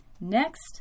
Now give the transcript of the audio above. Next